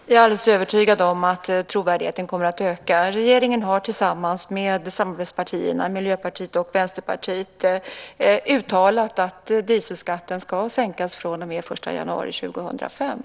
Herr talman! Jag är alldeles övertygad om att trovärdigheten kommer att öka. Regeringen har tillsammans med samarbetspartierna Miljöpartiet och Vänsterpartiet uttalat att dieselskatten ska sänkas den 1 januari 2005. Det är mitt svar på frågan.